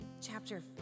chapter